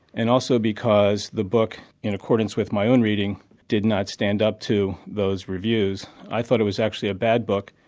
and also because the book, in accordance with my own reading, did not stand up to those reviews. i thought it was actually a bad book.